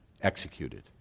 executed